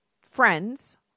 friends